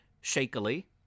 shakily